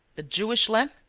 the jewish lamp?